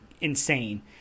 insane